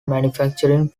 manufacturing